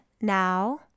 now